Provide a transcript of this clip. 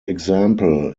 example